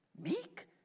Meek